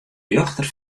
rjochter